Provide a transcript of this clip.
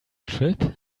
trip